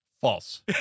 False